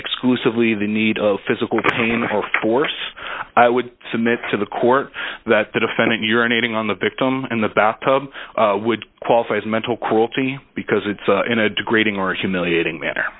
exclusively the need of physical pain or force i would submit to the court that the defendant urinating on the victim in the bath tub would qualify as mental cruelty because it's in a degrading or humiliating manner